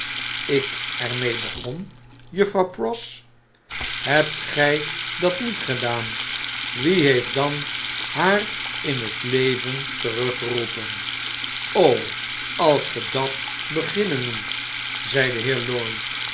ik er mee begon juffrouw pross ahebt gij dat niet gedaan wie heeft dan haar in het leven teruggeroepen als ge dat beginnen noemt zei de heer lorry